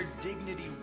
dignity